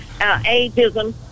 ageism